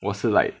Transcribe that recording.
我是 like